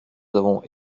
avons